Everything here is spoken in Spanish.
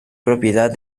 propiedad